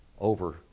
over